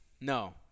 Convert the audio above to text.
No